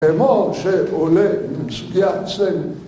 אמור שעולה מצוויאצים